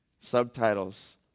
Subtitles